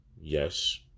Yes